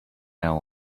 now